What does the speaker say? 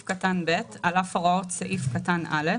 "(ב)על אף הוראות סעיף קטן (א),